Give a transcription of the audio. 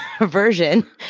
version